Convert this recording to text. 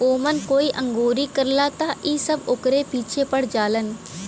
ओमन कोई अंगुरी करला त इ सब ओकरे पीछे पड़ जालन